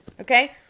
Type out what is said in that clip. Okay